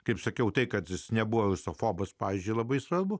kaip sakiau tai kad jis nebuvo rusofobas pavyzdžiui labai svarbu